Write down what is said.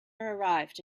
arrived